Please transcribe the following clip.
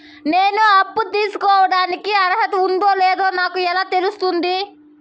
నేను అప్పు తీసుకోడానికి అర్హత ఉందో లేదో నాకు ఎలా తెలుస్తుంది?